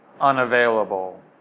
unavailable